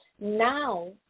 Now